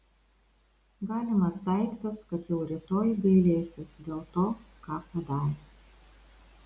galimas daiktas kad jau rytoj gailėsis dėl to ką padarė